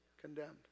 Condemned